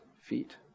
feet